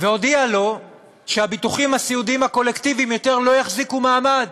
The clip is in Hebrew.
והודיע לו שהביטוחים הסיעודיים הקולקטיביים יותר לא יחזיקו מעמד,